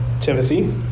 Timothy